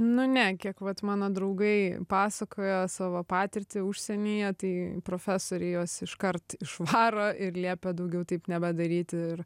nu ne kiek vat mano draugai pasakojo savo patirtį užsienyje tai profesoriai juos iškart išvaro ir liepia daugiau taip nebedaryti ir